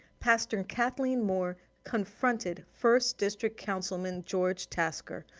pastor kathleen moore confronted first district councilman george tasker,